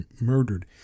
murdered